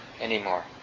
anymore